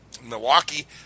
milwaukee